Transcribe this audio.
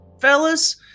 fellas